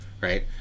Right